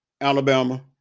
Alabama